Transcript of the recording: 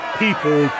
people